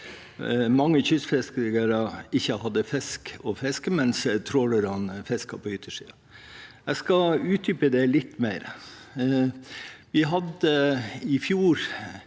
mange kystfiskere ikke hadde fisk å fiske, mens trålerne fisker på yttersiden. Jeg skal utdype det litt mer.